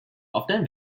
often